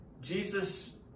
Jesus